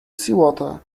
seawater